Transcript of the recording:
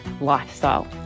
lifestyle